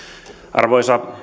arvoisa